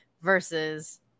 versus